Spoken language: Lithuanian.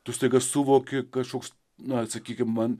tu staiga suvoki kažkoks na sakykim man